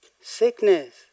sickness